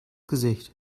gesicht